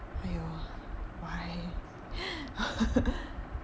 !aiyo! why